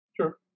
Sure